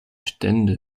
stände